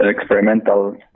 experimental